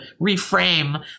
reframe